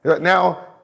Now